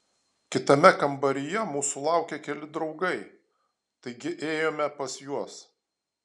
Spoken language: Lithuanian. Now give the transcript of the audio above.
kitame kambaryje mūsų laukė keli draugai taigi ėjome pas juos